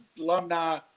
alumni